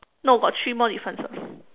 no got three more differences